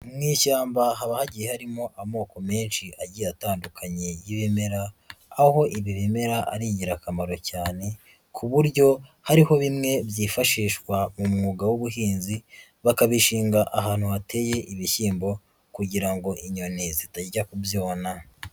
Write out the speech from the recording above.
Mu ishyamba haba hagiye harimo amoko menshi agiye atandukanye y'ibimera, aho ibi bimera ari ingirakamaro cyane ku buryo hariho bimwe byifashishwa mu mwuga w'ubuhinzi, bakabishinga ahantu hateye ibishyimbo kugira ngo inyoni zitajya kubyona.